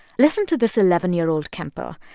listen to this eleven year old camper.